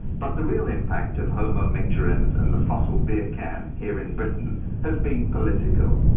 but the real impact of homo micturans and the fossil beer can here in britain has been political.